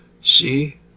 See